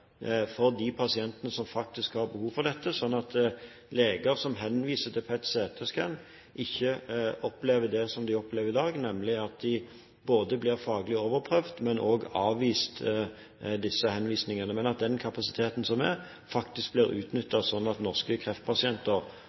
for de pasientene som faktisk har behov for dette, og at leger som henviser til PET-CT-skann, ikke opplever det som de opplever i dag, nemlig at de både blir faglig overprøvd og også får sine henvisninger avvist, men at den kapasiteten som er, faktisk blir utnyttet, sånn at norske kreftpasienter